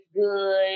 good